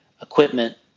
equipment